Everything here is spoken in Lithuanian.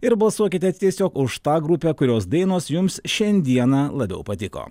ir balsuokite tiesiog už tą grupę kurios dainos jums šiandieną labiau patiko